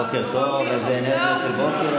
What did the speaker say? בוקר טוב, איזה אנרגיות של בוקר.